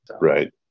Right